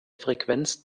frequenz